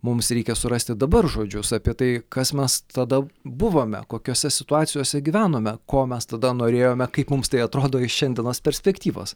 mums reikia surasti dabar žodžius apie tai kas mes tada buvome kokiose situacijose gyvenome ko mes tada norėjome kaip mums tai atrodo iš šiandienos perspektyvos